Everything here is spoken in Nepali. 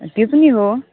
त्यो पनि हो